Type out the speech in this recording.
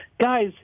Guys